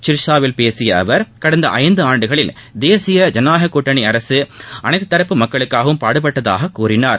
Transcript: சிர்ஷாவில் பேசிய அவர் கடந்த ஐந்தாண்டுகளில் தேசிய ஜனநாயகக் கூட்டணி அரசு அனைத்து தரப்பு மக்களுக்காகவும் பாடுபட்டதாக கூறினார்